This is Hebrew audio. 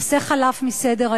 הנושא חלף מסדר-היום,